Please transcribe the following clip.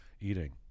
eating